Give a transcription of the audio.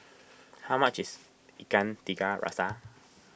how much is Ikan Tiga Rasa